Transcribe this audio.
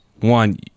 One